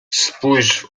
spójrz